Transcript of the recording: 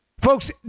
Folks